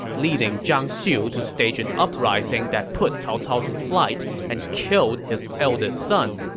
leading zhang xiu to stage an uprising that put cao cao to flight and killed his eldest son.